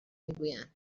میگویند